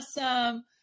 awesome